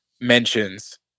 mentions